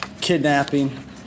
kidnapping